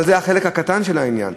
אבל זה החלק הקטן של העניין.